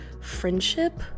friendship